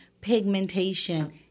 pigmentation